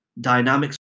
dynamics